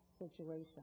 situation